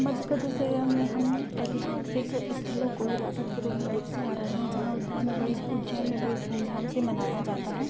मध्य प्रदेश एइया में हम ऐतिहासिक स्थलों को विरासत के रूप में देखते आ रहें हैं जहाँ उज्जैन में बड़ी उज्जैन में बड़ी धूम धाम से मनाया जाता है